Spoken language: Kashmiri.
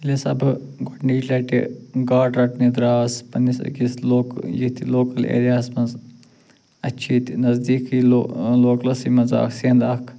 ییٚلہِ ہسا بہِ گۄڈٕنِچ لٹہِ گاڑٕ رٹنہِ درٛاس پننِس اکِس لوک یٔتھۍ لوکل ایریا ہس منٛز اسہِ چھُ ییٚتہِ نزدیٖکے لو ٲں لوکلسٕے منٛز اَکھ سِنٛد اَکھ